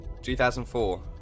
2004